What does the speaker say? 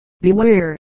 Beware